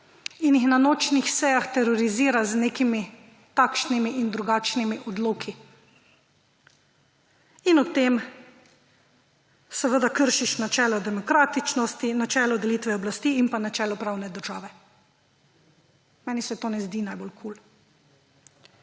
in jih na nočnih sejah terorizira z nekimi takšnimi in drugačnimi odloki. In ob tem seveda kršiš načela demokratičnosti in načelo delitve oblasti in pa načelo pravne države. Meni se to ne zdi najbolj kul.